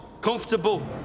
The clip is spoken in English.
comfortable